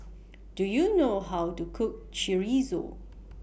Do YOU know How to Cook Chorizo